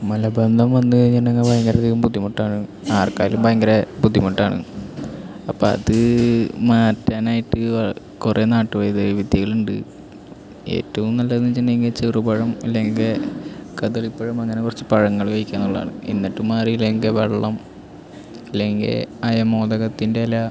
മലബന്ധം വന്നു കഴിഞ്ഞിട്ടുണ്ടെങ്കിൽ വളരെയധികം ബുദ്ധിമുട്ടാണ് ആര്ക്കായാലും ഭയങ്കര ബുദ്ധിമുട്ടാണ് അപ്പം അത് മാറ്റാനായിട്ടു വ കുറേ നാട്ടു വൈദ്യ വിദ്യകളുണ്ട് ഏറ്റവും നല്ലതെന്നു വെച്ചിട്ടുണ്ടെങ്കിൽ ചെറുപഴം അല്ലേ അതിൻ്റെ കദളിപ്പഴം അങ്ങനെ കുറച്ച് പഴങ്ങൾ കഴിക്കാം എന്നുള്ളതാണ് എന്നിട്ടും മാറിയില്ലെങ്കിൽ വെള്ളം അല്ലെങ്കിൽ അയമോദകത്തിന്റെ ഇല